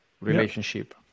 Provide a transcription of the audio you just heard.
relationship